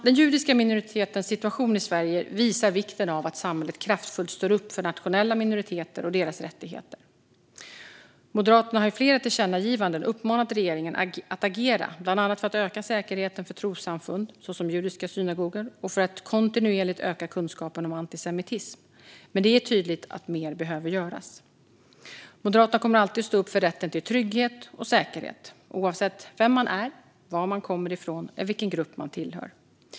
Den judiska minoritetens situation i Sverige visar vikten av att samhället kraftfullt står upp för nationella minoriteter och deras rättigheter. Moderaterna har i flera tillkännagivanden uppmanat regeringen att agera, bland annat för att öka säkerheten för trossamfund, såsom judiska synagogor, och för att kontinuerligt öka kunskapen om antisemitism. Men det är tydligt att mer behöver göras. Moderaterna kommer alltid att stå upp för rätten till trygghet och säkerhet, oavsett vem man är, var man kommer från eller vilken grupp man tillhör.